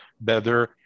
better